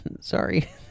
Sorry